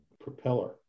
Propeller